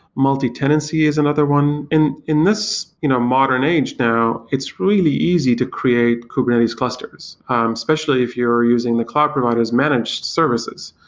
multi-tenancy is another one. in in this you know modern age now, it's really easy to create kubernetes clusters, especially if you're using the cloud provider s managed services.